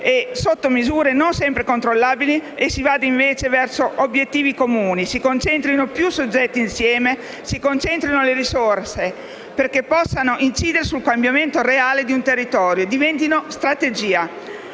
e sottomisure non sempre controllabili e si vada invece verso obiettivi comuni, si concentrino più soggetti insieme, si concentrino le risorse, perché possano incidere sul cambiamento reale di un territorio e diventino strategia.